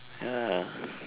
ya